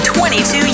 22